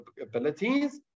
abilities